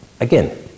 again